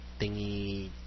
thingy